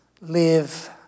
live